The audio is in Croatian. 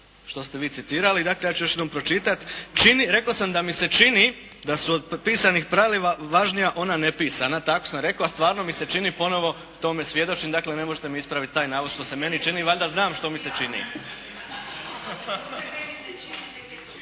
što ste vi citirali. Dakle ja ću još jednom pročitati. Čini, rekao sam da mi se čini da su od pisanih pravila važnija ona nepisana. Tako sam rekao, a stvarno mi se čini ponovo tome svjedočim dakle ne možete me ispraviti taj navod što se meni čini. Valjda znam što mi se čini.